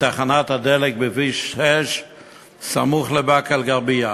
בתחנת הדלק בכביש 6 סמוך לבאקה-אלע'רביה.